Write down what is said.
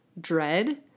dread